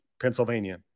Pennsylvania